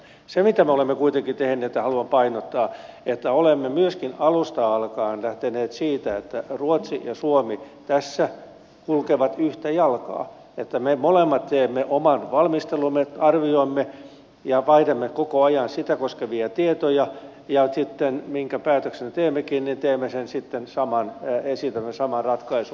se mitä me olemme kuitenkin tehneet on se ja haluan painottaa että olemme myöskin alusta alkaen lähteneet siitä että ruotsi ja suomi tässä kulkevat yhtä jalkaa että me molemmat teemme oman valmistelumme arvioimme ja vaihdamme koko ajan sitä koskevia tietoja ja sitten minkä päätöksen teemmekin esitämme sitä samaa ratkaisua